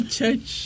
church